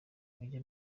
mujye